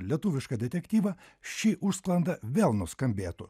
lietuvišką detektyvą ši užsklanda vėl nuskambėtų